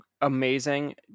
amazing